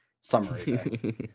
summary